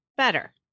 better